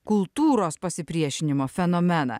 kultūros pasipriešinimo fenomeną